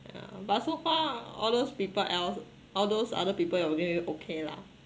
yeah but so far all those people else all those other people you're working with okay lah